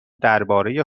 درباره